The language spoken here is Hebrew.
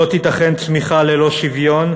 לא תיתכן צמיחה ללא שוויון,